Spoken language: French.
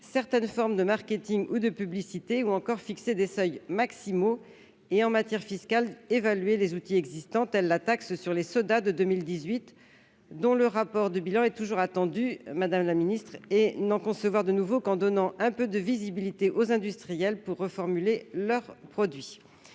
certaines formes de marketing ou de publicité ou encore fixer des seuils maximaux. En matière fiscale, il serait préférable d'évaluer les outils existants, tels que la taxe sur les sodas de 2018, dont le rapport de bilan est toujours attendu, madame la ministre, et n'en concevoir de nouveaux qu'en donnant un peu de visibilité aux industriels pour reformuler leurs produits.